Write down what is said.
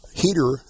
heater